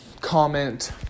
comment